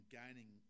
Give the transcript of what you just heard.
gaining